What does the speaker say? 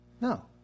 no